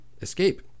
escape